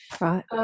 Right